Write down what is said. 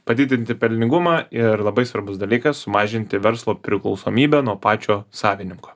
padidinti pelningumą ir labai svarbus dalykas sumažinti verslo priklausomybę nuo pačio savininko